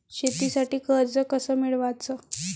शेतीसाठी कर्ज कस मिळवाच?